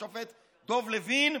השופט דב לוין.